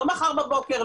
לא מחר בבוקר,